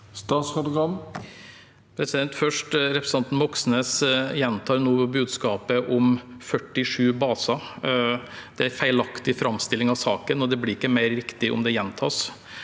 Først: Repre- sentanten Moxnes gjentar nå budskapet om 47 baser. Det er en feilaktig framstilling av saken, og det blir ikke mer riktig om det gjentas.